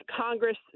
Congress